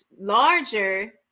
larger